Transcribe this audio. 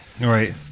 Right